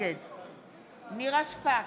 נגד נירה שפק,